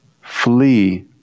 flee